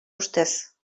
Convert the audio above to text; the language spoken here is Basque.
ustez